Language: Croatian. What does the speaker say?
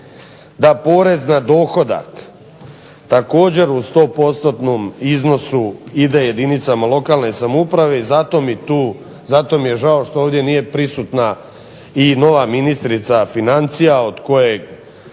da porez na dohodak također u 100%-tnom iznosu ide jedinicama lokalne samouprave, i zato mi tu, zato mi je žao što ovdje nije prisutna i nova ministrica financija, od koje